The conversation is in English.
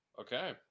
Okay